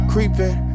Creeping